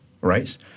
right